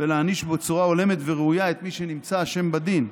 ולהעניש בצורה הולמת וראויה את מי שנמצא אשם בדין.